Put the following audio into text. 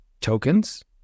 Tokens